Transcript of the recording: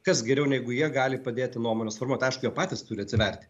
kas geriau negu jie gali padėti nuomones formuot aišku jie patys turi atsiverti